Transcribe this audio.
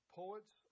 poets